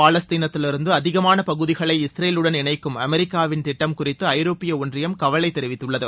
பாவாஸ்தீனத்திலிருந்து அதிகமான பகுதிகளை இஸ்ரேலுடன் இணைக்கும் அமெரிக்காவின் திட்டம் குறித்து ஐரோப்பிய ஒன்றியம் கவலை தெரிவித்துள்ளது